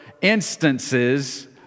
instances